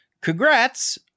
congrats